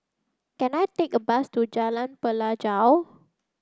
can I take a bus to Jalan Pelajau